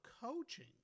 coaching